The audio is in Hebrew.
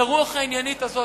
ברוח העניינית הזאת,